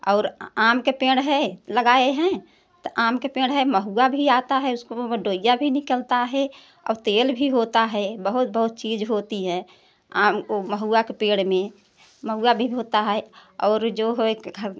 और आम के पेड़ है लगाए हैं तो आम के पेड़ हैं महुआ भी आता है उसको ऊपर डोइया भी निकलता है और तेल भी होता है बहुत बहुत चीज़ होती है आम और महुआ के पेड़ में महुआ भी होता है और जो है कि खर